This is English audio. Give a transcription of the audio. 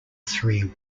three